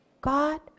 God